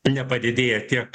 nepadidėja tiek